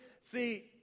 See